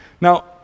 Now